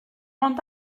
ond